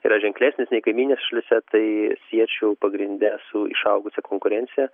yra ženklesnis nei kaimyninėse šalyse tai siečiau pagrinde su išaugusia konkurencija